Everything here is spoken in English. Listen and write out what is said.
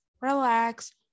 relax